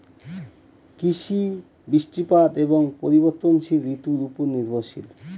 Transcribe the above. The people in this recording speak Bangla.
কৃষি বৃষ্টিপাত এবং পরিবর্তনশীল ঋতুর উপর নির্ভরশীল